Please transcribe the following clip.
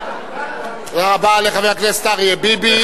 תודה רבה לחבר הכנסת ביבי.